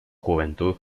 juventud